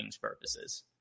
purposes